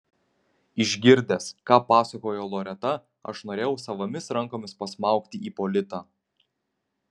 išgirdęs ką pasakojo loreta aš norėjau savomis rankomis pasmaugti ipolitą